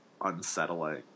unsettling